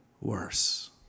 worse